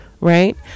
right